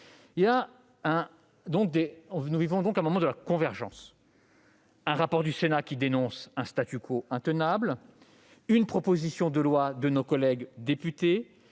Nous vivons un moment de convergence : un rapport du Sénat dénonçant un intenable ; une proposition de loi de nos collègues députés